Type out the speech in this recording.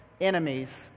enemies